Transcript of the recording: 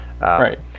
Right